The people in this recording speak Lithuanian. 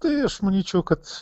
tai aš manyčiau kad